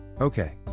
okay